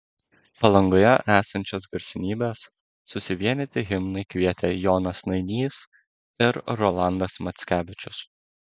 palangoje esančias garsenybes susivienyti himnui kvietė jonas nainys ir rolandas mackevičius